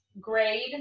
grade